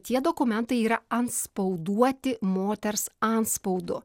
tie dokumentai yra antspauduoti moters antspaudu